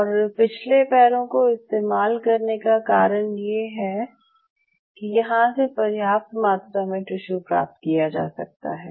और पिछले पैरों को इस्तेमाल करने का कारण ये है कि यहाँ से पर्याप्त मात्रा में टिश्यू प्राप्त किया जा सकता है